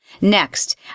Next